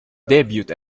debut